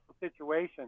situation